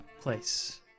place